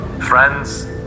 Friends